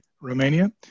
Romania